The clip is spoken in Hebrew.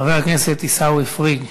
חבר הכנסת עיסאווי פריג'.